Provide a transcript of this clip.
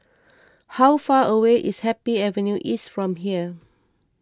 how far away is Happy Avenue East from here